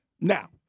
Now